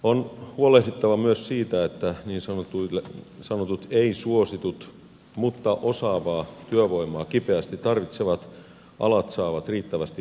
on huolehdittava myös siitä että niin sanotut ei suositut mutta osaavaa työvoimaa kipeästi tarvitsevat alat saavat riittävästi hakijoita